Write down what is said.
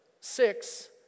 six